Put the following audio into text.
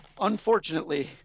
Unfortunately